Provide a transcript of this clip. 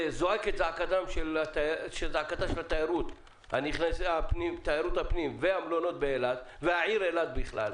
זועק את זעקת תיירות הפנים והמלונות באילת והעיר אילת בכלל,